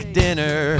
dinner